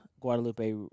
Guadalupe